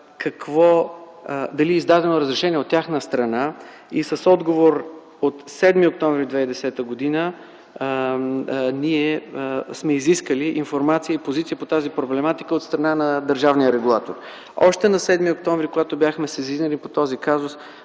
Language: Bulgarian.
за това дали е издадено разрешение от тяхна страна и с отговор от 7 октомври 2010 г. сме изискали информация и позиция по тази проблематика от страна на държавния регулатор. Още на 7 октомври, когато бяхме сезирани по този казус